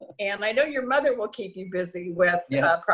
and i know your mother will keep you busy with yeah.